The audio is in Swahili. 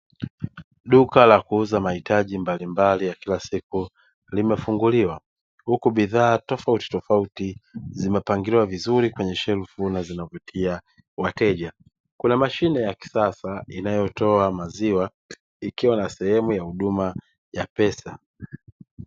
Duka la kuuza mahitaji mbalimbali ya kila siku limefunguliwa. Huku bidhaa tofauti tofauti zimepangiliwa vizuri kwenye shelfu na zinavutia wateja. Kuna mashine ya kisasa inayotoa maziwa ikiwa na sehemu ya huduma ya pesa.